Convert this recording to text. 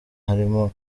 harimo